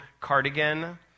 cardigan